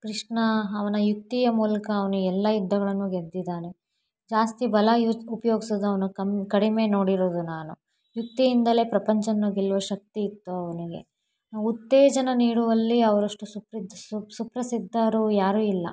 ಕೃಷ್ಣ ಅವನ ಯುಕ್ತಿಯ ಮೂಲಕ ಅವನು ಎಲ್ಲ ಯುದ್ಧಗಳನ್ನೂ ಗೆದ್ದಿದ್ದಾನೆ ಜಾಸ್ತಿ ಬಲ ಯೂಸ್ ಉಪ್ಯೋಗ್ಸೋದು ಅವನು ಕಮ್ ಕಡಿಮೆ ನೋಡಿರೋದು ನಾನು ಯುಕ್ತಿಯಿಂದಲೇ ಪ್ರಪಂಚವನ್ನು ಗೆಲ್ಲುವ ಶಕ್ತಿ ಇತ್ತು ಅವನಿಗೆ ಉತ್ತೇಜನ ನೀಡುವಲ್ಲಿ ಅವರಷ್ಟು ಸುಪ್ರಸಿದ್ದರು ಯಾರೂ ಇಲ್ಲ